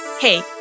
Hey